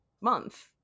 month